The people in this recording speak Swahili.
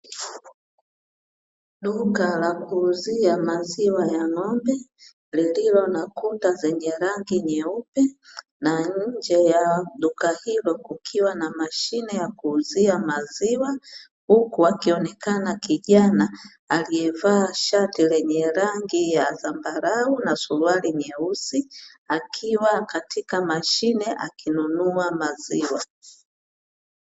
Duka la kuuzia maziwa ya ng’ombe, lililo na kuta zenye rangi nyeupe, na nje ya duka hilo kukiwa na mashine ya kuuzia maziwa. Huku akionekana kijana aliyevaa shati lenye rangi ya zambarau na suruali nyeusi, akiwa katika mashine akinunua maziwa.